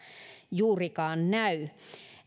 juurikaan näy